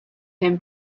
him